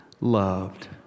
loved